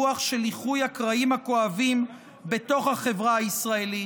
רוח של איחוי הקרעים הכואבים בתוך החברה הישראלית